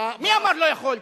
מי אמר לא יכול?